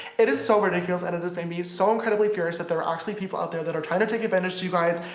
it is so ridiculous and it has made me so incredibly furious that there are actually people out there that are trying to take advantage of you guys.